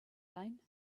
line